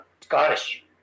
Scottish